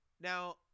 Now